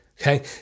Okay